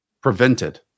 prevented